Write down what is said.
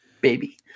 baby